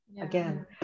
again